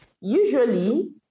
usually